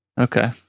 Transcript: Okay